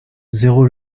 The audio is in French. zéro